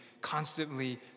constantly